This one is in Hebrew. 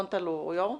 רון-טל הוא יו"ר?